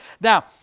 Now